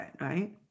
right